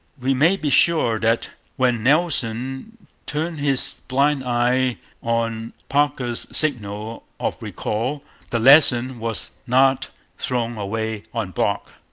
we may be sure that when nelson turned his blind eye on parker's signal of recall the lesson was not thrown away on brock.